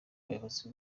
ubuyobozi